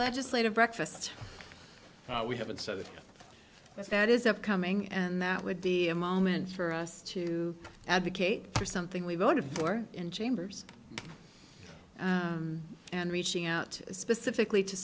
legislative breakfast we have it so that is that is upcoming and that would be a moment for us to advocate for something we voted for in chambers and reaching out specifically to